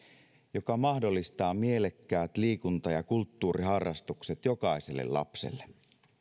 joka mahdollistaa mielekkäät liikunta ja kulttuuriharrastukset jokaiselle lapselle